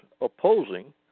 opposing